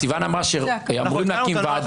חבר הכנסת קריב, סיון אמרה שאמורים להקים ועדה.